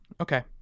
Okay